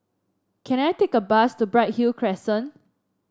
can I take a bus to Bright Hill Crescent